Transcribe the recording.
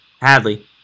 Hadley